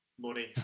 money